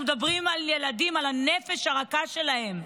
אנחנו מדברים על ילדים, על הנפש הרכה שלהם.